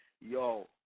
Yo